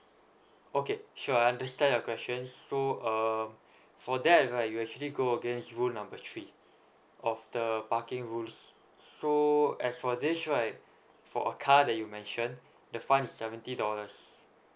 okay sure I understand your questions so um for that right you actually go against rule number three of the parking rules so as for this right for a car that you mention the fine is seventy dollars